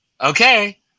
Okay